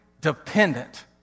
dependent